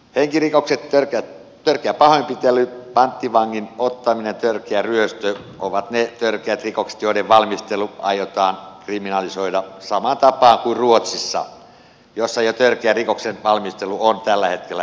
henkirikokset törkeä pahoinpitely panttivangin ottaminen törkeä ryöstö ovat ne törkeät rikokset joiden valmistelu aiotaan kriminalisoida samaan tapaan kuin ruotsissa missä jo törkeän rikoksen valmistelu on tällä hetkellä rangaistavaa